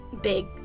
Big